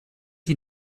die